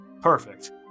Perfect